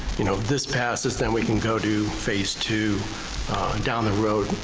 you know this passes then we can go to phase two down the road.